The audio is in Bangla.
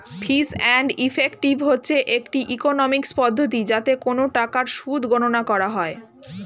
ফিস অ্যান্ড ইফেক্টিভ হচ্ছে একটি ইকোনমিক্স পদ্ধতি যাতে কোন টাকার সুদ গণনা করা হয়